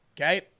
Okay